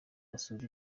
basura